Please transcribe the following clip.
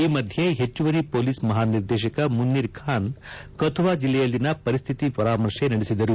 ಈ ಮಧ್ಯೆ ಹೆಚ್ಚುವರಿ ಪೊಲೀಸ್ ಮಹಾನಿರ್ದೇಶಕ ಮುನ್ನೀರ್ ಖಾನ್ ಕಥುವಾ ಜಲ್ಲೆಯಲ್ಲಿನ ಪರಿಸ್ಕಿತಿ ಪರಾಮರ್ಶೆ ನಡೆಸಿದರು